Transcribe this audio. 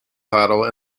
title